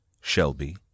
Shelby